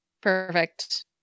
Perfect